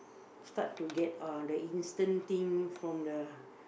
start to get uh the instant thing from the